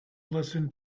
listen